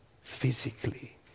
physically